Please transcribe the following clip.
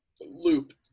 loop